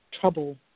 trouble